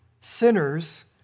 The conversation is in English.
sinners